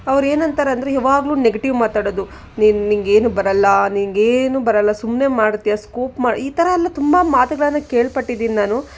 ಅವ್ರು ಏನು ಅಂತಾರಂದರೆ ಯಾವಾಗಲೂ ನೆಗೆಟಿವ್ ಮಾತಾಡೋದು ನೀನು ನಿನಗೇನೂ ಬರಲ್ಲ ನಿನಗೇನೂ ಬರಲ್ಲ ಸುಮ್ಮನೆ ಮಾಡ್ತೀಯ ಸ್ಕೋಪ್ ಮಾ ಈ ಥರ ಎಲ್ಲ ತುಂಬ ಮಾತುಗಳ್ನ ಕೇಳಿ ಪಟ್ಟಿದ್ದೀನಿ ನಾನು